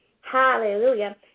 Hallelujah